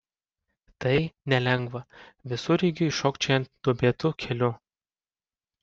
tai nelengva visureigiui šokčiojant duobėtu keliu